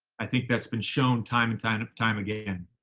i think that's been shown time and time and time again,